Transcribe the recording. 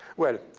well,